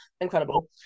Incredible